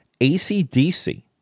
ACDC